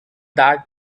that